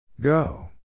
Go